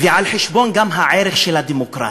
וגם על חשבון הערך של הדמוקרטיה,